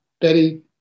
Betty